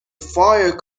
fire